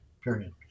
period